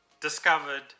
discovered